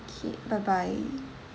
K bye bye